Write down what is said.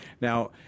Now